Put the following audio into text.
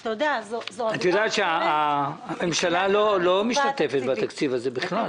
אתה יודע --- את יודעת שהממשלה לא משתתפת בתקציב הזה בכלל,